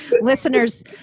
listeners